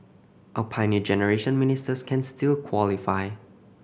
our Pioneer Generation Ministers can still qualify